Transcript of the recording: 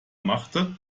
machte